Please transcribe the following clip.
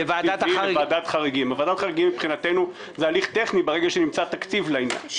ועדת החריגים מבחינתנו זה הליך טכני ברגע שנמצא תקציב לעניין.